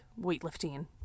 weightlifting